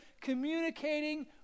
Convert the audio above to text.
communicating